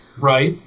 Right